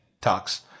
talks